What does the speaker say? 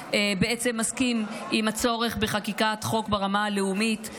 מסכים עם הצורך בחקיקת חוק ברמה הלאומית.